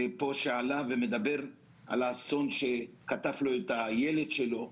שדיבר בישיבה על האסון שקטף את הילד שלו.